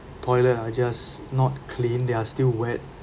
toilet are just not clean they are still wet